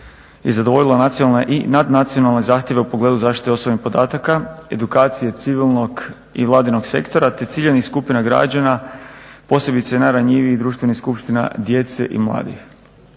i zadovoljila nacionalne zahtjeve u pogledu zaštite osobnih podataka, edukacije civilnog i vladinog sektora te ciljanih skupina građana posebice najranjivijih društvenih skupina djece i mladih.